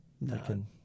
No